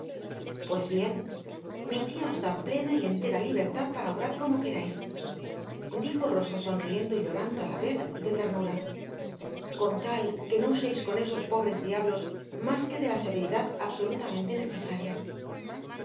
pues bien mi tia os dá plena y entera libertad para obrar como querais dijo rosa sonriendo y llorando á la vez de ternura con tal que no useis con esos pobres diablos mas que de la severidad absolutamente necesaria